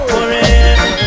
Forever